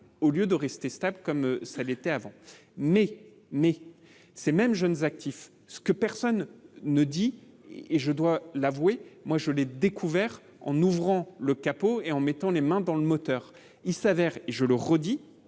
au lieu de rester stables, comme ça l'était avant, mais, mais ces mêmes jeunes actifs, ce que personne ne dit, et je dois l'avouer, moi je l'ai découvert en ouvrant le capot et en mettant les mains dans le moteur, il s'avère, et je le redis,